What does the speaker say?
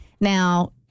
Now